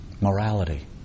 morality